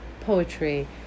poetry